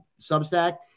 Substack